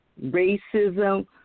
racism